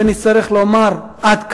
ונצטרך לומר: עד כאן?